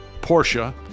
Porsche